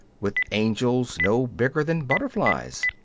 with angels no bigger than butterflies!